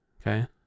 Okay